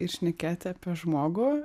ir šnekėti apie žmogų